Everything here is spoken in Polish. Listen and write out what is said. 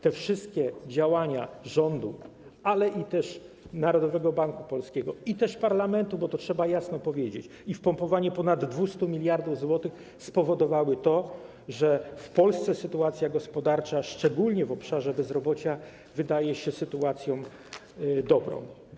Te wszystkie działania rządu, ale też Narodowego Banku Polskiego i parlamentu, bo to trzeba jasno powiedzieć, i wpompowanie ponad 200 mld zł spowodowały to, że w Polsce sytuacja gospodarcza, szczególnie w obszarze bezrobocia, wydaje się sytuacją dobrą.